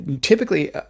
Typically